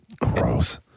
Gross